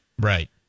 Right